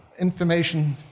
information